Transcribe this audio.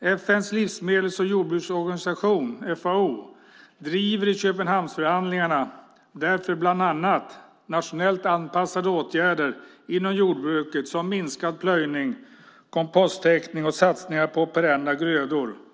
FN:s livsmedels och jordbruksorganisation FAO driver i Köpenhamnsförhandlingarna därför bland annat nationellt anpassade åtgärder inom jordbruket som minskad plöjning, komposttäckning och satsningar på perenna grödor.